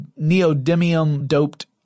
neodymium-doped